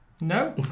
no